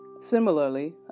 Similarly